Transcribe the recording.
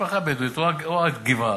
משפחה בדואית רואה גבעה,